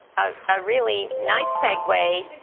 ah ah really nice segue.